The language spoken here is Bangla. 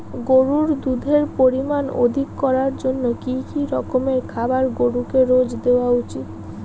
গরুর দুধের পরিমান অধিক করার জন্য কি কি রকমের খাবার গরুকে রোজ দেওয়া উচিৎ?